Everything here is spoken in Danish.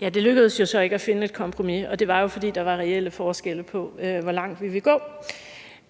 Det lykkedes jo så ikke at finde et kompromis, og det var, fordi der var reel forskel på, hvor langt vi ville gå.